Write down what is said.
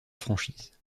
franchise